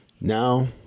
now